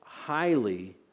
highly